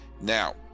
now